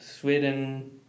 Sweden